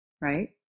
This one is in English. right